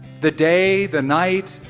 the day the night,